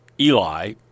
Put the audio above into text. Eli